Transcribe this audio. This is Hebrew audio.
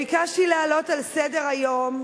ביקשתי להעלות על סדר-היום,